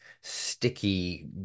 sticky